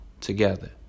together